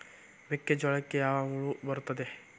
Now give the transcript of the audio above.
ಮೆಕ್ಕೆಜೋಳಕ್ಕೆ ಯಾವ ಹುಳ ಬರುತ್ತದೆ?